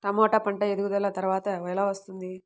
టమాట పంట ఎదుగుదల త్వరగా ఎలా వస్తుంది?